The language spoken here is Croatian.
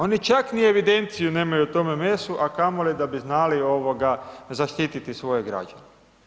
Oni čak ni evidenciju nemaju o tome mesu, a kamoli da bi znali zaštiti svoje građane.